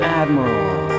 admiral